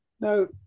Now